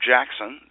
Jackson